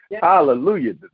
hallelujah